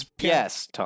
Yes